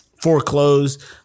foreclosed